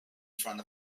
front